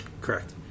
Correct